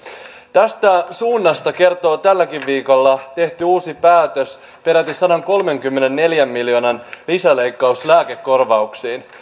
tästä suunnasta kertoo tälläkin viikolla tehty uusi päätös peräti sadankolmenkymmenenneljän miljoonan lisäleikkaus lääkekorvauksiin